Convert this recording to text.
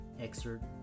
excerpt